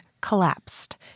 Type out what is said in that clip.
collapsed